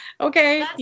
okay